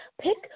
pick